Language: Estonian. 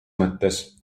mõttes